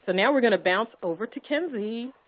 ah now, we're going to bounce over to kenzie.